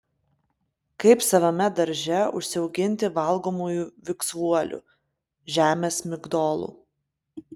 kaip savame darže užsiauginti valgomųjų viksvuolių žemės migdolų